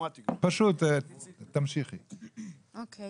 אנחנו גם